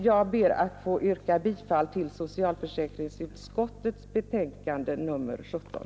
Jag ber att få yrka bifall till utskottets hemställan.